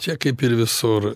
čia kaip ir visur